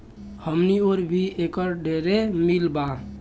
हमनी ओर भी एकर ढेरे मील बा